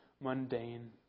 mundane